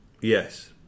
Yes